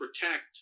protect